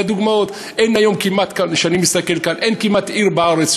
והדוגמאות: כשאני מסתכל כאן אין כמעט עיר בארץ,